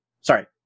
Sorry